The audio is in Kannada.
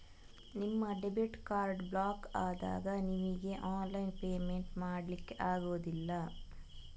ನಿಮ್ಮ ಡೆಬಿಟ್ ಕಾರ್ಡು ಬ್ಲಾಕು ಆದಾಗ ನಿಮಿಗೆ ಆನ್ಲೈನ್ ಪೇಮೆಂಟ್ ಮಾಡ್ಲಿಕ್ಕೆ ಆಗುದಿಲ್ಲ